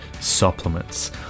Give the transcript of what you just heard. supplements